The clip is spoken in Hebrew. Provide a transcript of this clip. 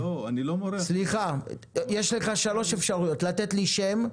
יש לך 3 אפשרויות: לתת לי שם,